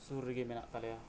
ᱥᱩᱨ ᱨᱮᱜᱮ ᱢᱮᱱᱟᱜ ᱛᱟᱞᱮᱭᱟ